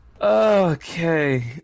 okay